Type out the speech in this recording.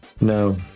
No